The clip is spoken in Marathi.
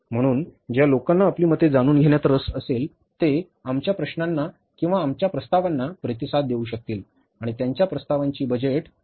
म्हणून ज्या लोकांना आपली मते जाणून घेण्यात रस असेल ते आमच्या प्रश्नांना किंवा आमच्या प्रस्तावांना प्रतिसाद देऊ शकतील आणि त्यांच्या प्रस्तावांची बजेट अंतिम रूप देताना काळजी घेतली जाईल